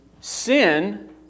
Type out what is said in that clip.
sin